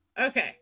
okay